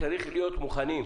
צריך להיות מוכנים.